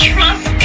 Trust